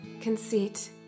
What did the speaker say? Conceit